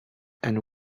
and